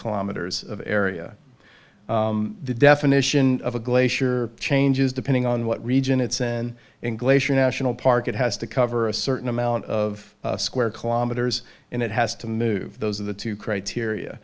kilometers of area the definition of a glacier changes depending on what region it's in in glacier national park it has to cover a certain amount of square kilometers and it has to move those are the two criteria